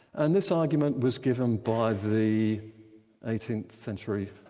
and this argument was given by the eighteenth century